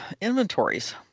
inventories